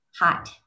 hot